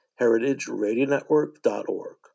heritageradionetwork.org